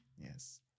Yes